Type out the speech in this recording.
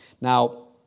Now